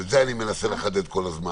ואת זה אני מנסה לחדד כל הזמן.